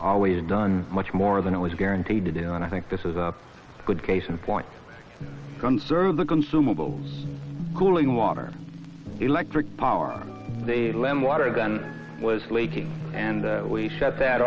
always done much more than it was guaranteed to do and i think this is a good case in point conserve the consumable glueing water electric power they lend water than was leaking and we shut that